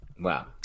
Wow